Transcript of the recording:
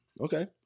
Okay